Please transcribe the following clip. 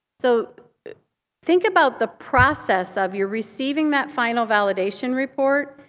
so think about the process of you receiving that final validation report.